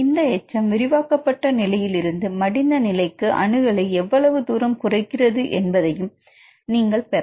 இந்த எச்சம் விரிவாக்கப்பட்ட நிலையிலிருந்து மடிந்த நிலைக்கு அணுகலை எவ்வளவு தூரம் குறைக்கிறது என்பதையும் நீங்கள் பெறலாம்